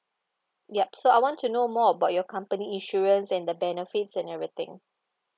yup so I want to know more about your company insurance and the benefits and everything